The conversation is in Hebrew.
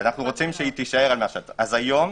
היום